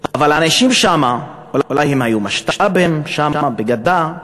אבל האנשים שם אולי היו משת"פים שם בגדה,